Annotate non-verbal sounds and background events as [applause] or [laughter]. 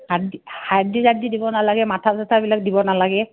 Hardy চাৰ্ডি বিলাক দিব নালাগে মাথা চাথাবিলাক দিব নালাগে [unintelligible]